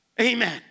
Amen